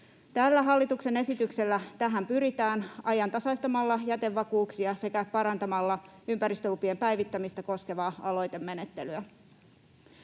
Tällä hallituksen esityksellä tähän pyritään ajantasaistamalla jätevakuuksia sekä parantamalla ympäristölupien päivittämistä koskevaa aloitemenettelyä.